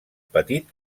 petit